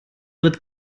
wird